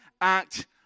act